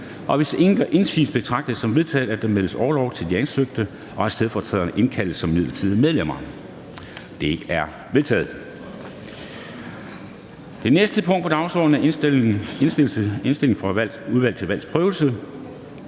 c. Hvis ingen gør indsigelse, betragter jeg det som vedtaget, at der meddeles orlov som ansøgt, og at stedfortræderne indkaldes som midlertidige medlemmer. Det er vedtaget. --- Det næste punkt på dagsordenen er: 2) Indstilling fra Udvalget til Valgs Prøvelse: